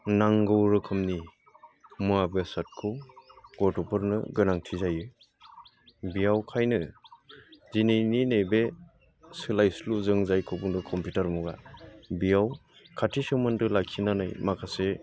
नांगौ रोखोमनि मुवा बेसादखौ गथ'फोरनो गोनांथि जायो बेनिखायनो दिनैनि नैबे सोलायस्लु जों जायखौ बुंदों कम्पिउटार मुगा बेयाव खाथि सोमोन्दो लाखिनानै माखासे